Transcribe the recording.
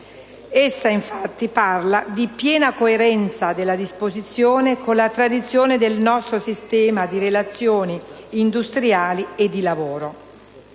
parla infatti di «piena coerenza della disposizione con la tradizione del nostro sistema di relazioni industriali e di lavoro».